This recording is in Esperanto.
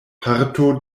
parto